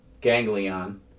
ganglion